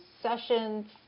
sessions